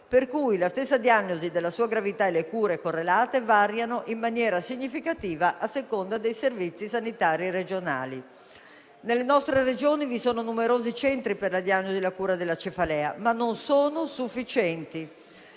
per cui la stessa diagnosi della sua gravità e le cure correlate variano in maniera significativa a seconda dei servizi sanitari regionali. Nelle nostre Regioni vi sono numerosi centri per la diagnosi e la cura della cefalea, ma non sono sufficienti.